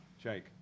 Jake